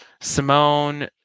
Simone